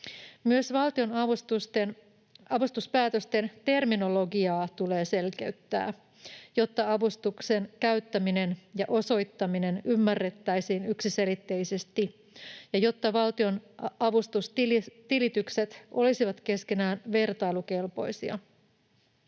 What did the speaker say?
Myös valtionavustuspäätöksen terminologiaa tulee selkeyttää, jotta avustuksen käyttäminen ja osoittaminen ymmärrettäisiin yksiselitteisesti ja jotta valtionavustustilitykset olisivat keskenään vertailukelpoisia.